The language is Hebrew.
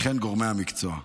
וכן גורמי המקצוע.